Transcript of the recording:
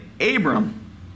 Abram